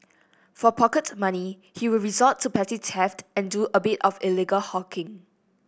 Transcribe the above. for pocket money he would resort to petty theft and do a bit of illegal hawking